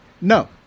No